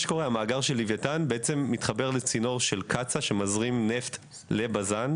המאגר של לוויתן מתחבר לצינור של קצא"א ומזרים נפט לבז"ן,